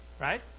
right